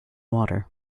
water